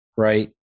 Right